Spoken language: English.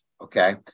Okay